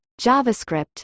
javascript